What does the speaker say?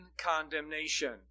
condemnation